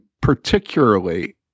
particularly